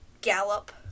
gallop